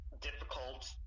difficult